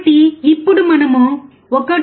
కాబట్టి ఇప్పుడు మనము 1